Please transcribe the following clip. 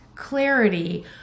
clarity